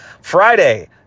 Friday –